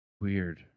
Weird